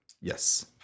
Yes